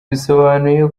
bisobanuye